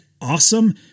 awesome